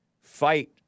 fight